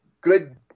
good